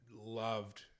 loved